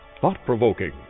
thought-provoking